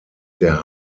der